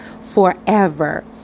forever